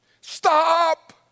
stop